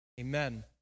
amen